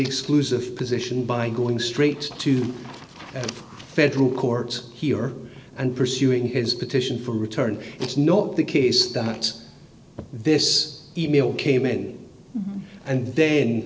exclusive position by going straight to federal court here and pursuing his petition for return it's not the case that this e mail came in and then